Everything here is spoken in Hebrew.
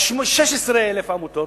יש 36,000 עמותות,